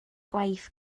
gwaith